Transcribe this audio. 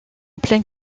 pleine